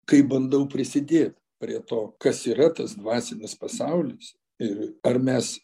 kaip bandau prisidėt prie to kas yra tas dvasinis pasaulis ir ar mes